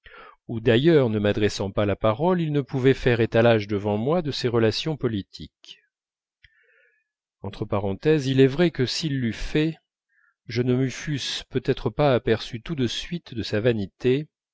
où d'ailleurs ne m'adressant pas la parole il ne pouvait faire étalage devant moi de ses relations politiques il est vrai que s'il l'eût fait je ne me fusse peut-être pas aperçu tout de suite de sa vanité